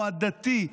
או עדתי,